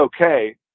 okay